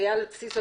אייל סיסו,